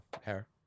hair